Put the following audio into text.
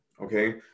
Okay